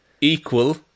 equal